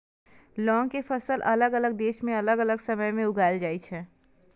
लौंग के फसल अलग अलग देश मे अलग अलग समय मे उगाएल जाइ छै